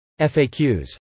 FAQs